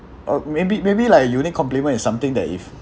or maybe maybe like unique compliment is something that if